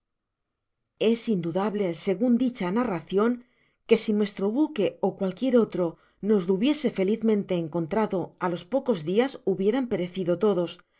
es indudable segun dicha narracion que si nuestro buque ó cualquier otro no los hubiese felizmente encontrado á los poeos dias hubieran perecido todos